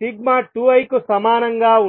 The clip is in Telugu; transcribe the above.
n12l కు సమానంగా ఉంటుంది